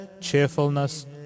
cheerfulness